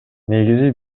негизи